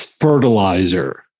fertilizer